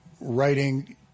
writing